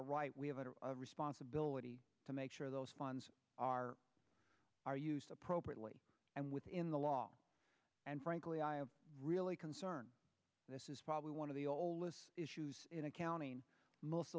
er right we have a responsibility to make sure those funds are used appropriately and within the law and frankly i am really concerned this is probably one of the oldest issues in accounting